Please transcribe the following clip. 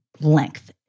length